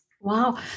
Wow